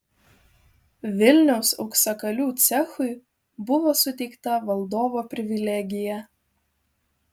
vilniaus auksakalių cechui buvo suteikta valdovo privilegija